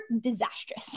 disastrous